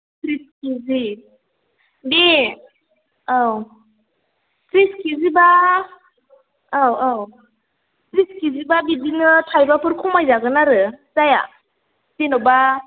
थ्रिस किजि दे औ थ्रिस किजि बा औ औ थ्रिस किजि बा बिदिनो थाइबाफोर खमायजागोन आरो जाया जेनेबा